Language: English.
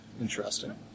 Interesting